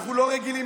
אנחנו לא רגילים,